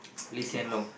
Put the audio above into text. Lee-Hsien-Loong